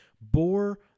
bore